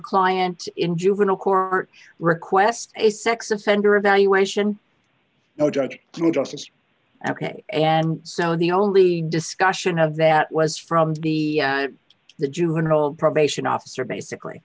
client in juvenile court request a sex offender evaluation no judge ok and so the only discussion of that was from the juvenile probation officer basically